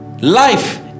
life